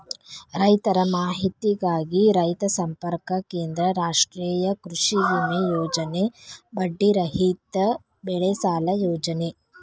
ರೈತರ ಮಾಹಿತಿಗಾಗಿ ರೈತ ಸಂಪರ್ಕ ಕೇಂದ್ರ, ರಾಷ್ಟ್ರೇಯ ಕೃಷಿವಿಮೆ ಯೋಜನೆ, ಬಡ್ಡಿ ರಹಿತ ಬೆಳೆಸಾಲ ಯೋಜನೆ